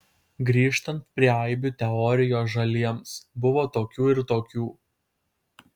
grįžtant prie aibių teorijos žaliems buvo tokių ir tokių